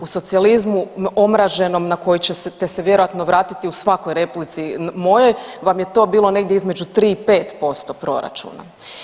U socijalizmu omraženom na koje ćete se vjerojatno vratiti u svakoj replici mojoj vam je to bilo negdje između 3 i 5% proračuna.